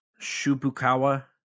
Shubukawa